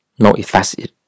multifaceted